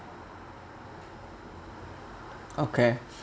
okay